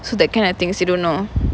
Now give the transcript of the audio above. so that kind of things you don't know